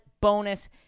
bonus